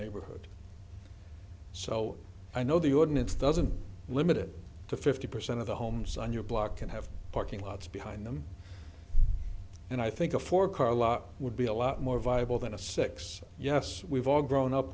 neighborhood so i know the ordinance doesn't limit it to fifty percent of the homes on your block and have parking lots behind them and i think a four car lot would be a lot more viable than a six yes we've all grown up